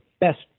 best